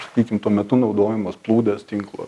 sakykim tuo metu naudojamos plūdės tinklo